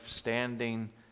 standing